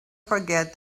forget